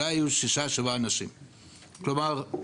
כלומר,